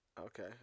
Okay